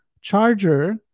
charger